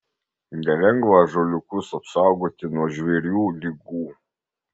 nelengva ąžuoliukus apsaugoti nuo žvėrių ligų